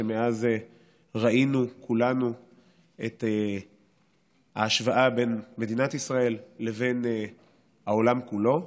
ומאז ראינו כולנו את ההשוואה בין מדינת ישראל לבין העולם כולו,